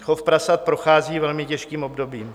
Chov prasat prochází velmi těžkým obdobím.